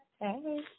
Hey